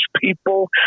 people